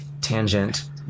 tangent